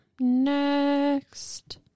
next